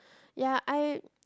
ya I